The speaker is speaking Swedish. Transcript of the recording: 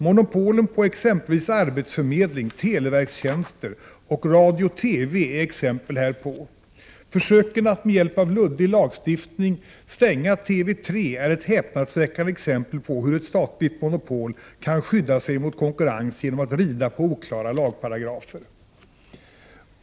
Monopolen på arbetsförmedling, televerkstjänster och radio-TV är exempel härpå — försöken att med hjälp av luddig lagstiftning stänga TV 3 är ett häpnadsväckande exempel på hur ett statligt monopol kan skydda sig mot konkurrens genom att rida på oklara lagparagrafer.